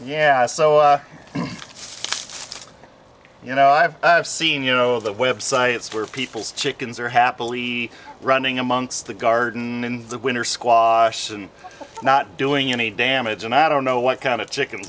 yeah so you know i've seen you know the websites where people's chickens are happily running amongst the garden in the winter squash and not doing any damage and i don't know what kind of chicken